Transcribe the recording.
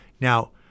Now